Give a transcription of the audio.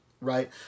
right